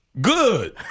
Good